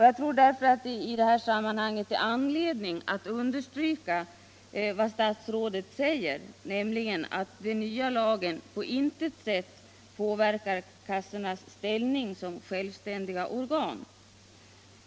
Jag tror därför att det i det här sammanhanget finns anledning att understryka vad statsrådet säger, nämligen att den nya lagen på intet sätt påverkar kassornas ställning som själv ständiga organ.